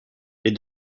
les